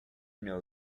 know